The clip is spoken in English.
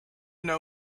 know